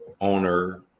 owner